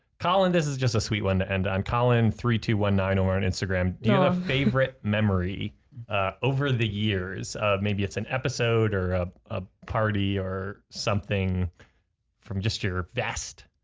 colin this is just a sweet one to end on colin three two one nine or an instagram. you know a favorite memory over the years of maybe it's an episode or a party or something from just your best.